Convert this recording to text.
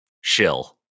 shill